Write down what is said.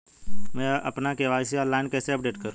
मैं अपना KYC online कैसे अपडेट करूँ?